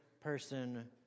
person